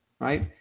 Right